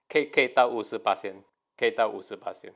可以可以到五十八先到五十八先